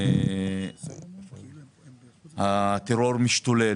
הטרור משתולל,